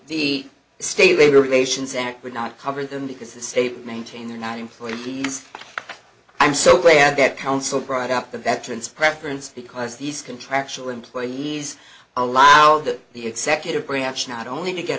the state later relations act would not cover them because the state maintain they're not employees i'm so glad that counsel brought up the veterans preference because these contractual employees allowed that the executive branch not only to get